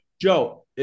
Joe